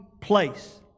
place